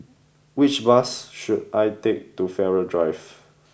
which bus should I take to Farrer Drive